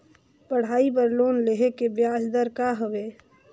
पढ़ाई बर लोन लेहे के ब्याज दर का हवे?